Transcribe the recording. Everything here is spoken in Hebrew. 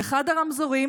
באחד הרמזורים